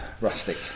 rustic